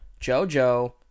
Jojo